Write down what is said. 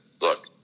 look